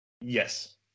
Yes